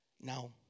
Now